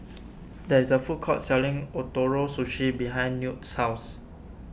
there is a food court selling Ootoro Sushi behind Newt's house